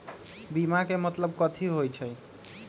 बीमा के मतलब कथी होई छई?